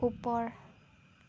ওপৰ